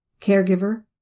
caregiver